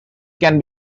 can